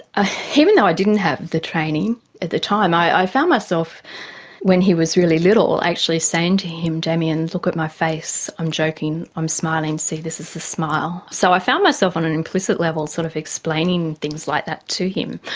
ah even though i didn't have the training at the time i i found myself when he was really little actually saying to him, damien, look at my face, i'm joking, i'm smiling, see, this is a smile. so i found myself on an implicit level sort of explaining things like that to him.